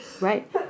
Right